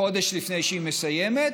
חודש לפני שהיא מסיימת.